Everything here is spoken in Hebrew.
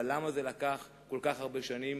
אבל למה זה לקח כל כך הרבה שנים?